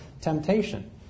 temptation